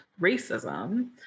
racism